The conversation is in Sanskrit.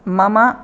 मम